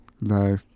no